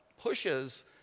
pushes